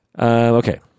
Okay